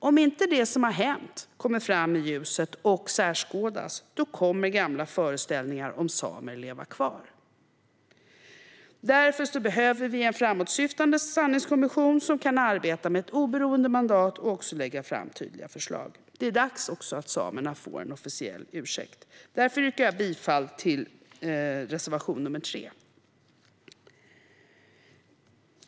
Om inte det som har hänt kommer fram i ljuset och skärskådas kommer gamla föreställningar om samer att leva kvar. Därför behöver vi en framåtsyftande sanningskommission som kan arbeta med ett oberoende mandat och även lägga fram tydliga förslag. Det är också dags att samerna får en officiell ursäkt. Jag yrkar därför bifall till reservation nr 3.